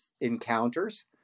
encounters